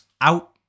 out